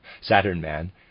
Saturn-man